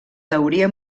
teoria